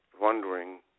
wondering